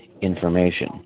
information